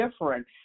different